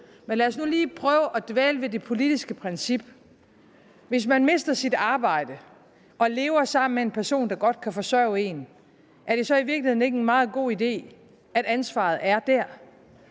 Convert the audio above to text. Men lad os nu lige prøve at dvæle ved det politiske princip. Hvis man mister sit arbejde og lever sammen med en person, der godt kan forsørge en, er det så i virkeligheden ikke en meget god idé, at ansvaret er der?